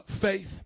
Faith